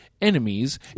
enemies